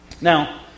Now